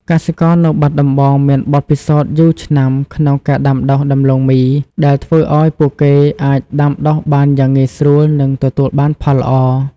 កសិករនៅបាត់ដំបងមានបទពិសោធន៍យូរឆ្នាំក្នុងការដាំដុះដំឡូងមី ដែលធ្វើឱ្យពួកគេអាចដាំដុះបានយ៉ាងងាយស្រួល និងទទួលបានផលល្អ។